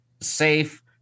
safe